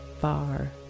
far